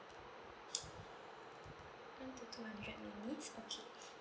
one to two hundred minutes okay